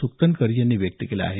सुकथनकर यांनी व्यक्त केलं आहे